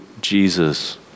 Jesus